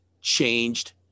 changed